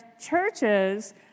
churches